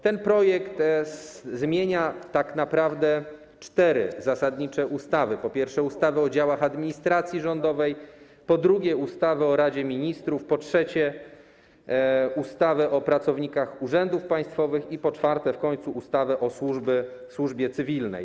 Ten projekt zmienia tak naprawdę cztery zasadnicze ustawy: po pierwsze, ustawę o działach administracji rządowej, po drugie, ustawę o Radzie Ministrów, po trzecie, ustawę o pracownikach urzędów państwowych i, po czwarte w końcu, ustawę o służbie cywilnej.